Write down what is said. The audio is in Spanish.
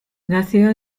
nació